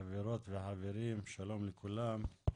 חברות וחברים, שלום לכולם.